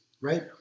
right